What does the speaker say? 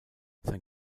sein